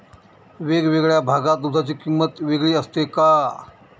वेगवेगळ्या भागात दूधाची किंमत वेगळी असते का?